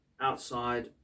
outside